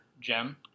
gem